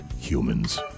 humans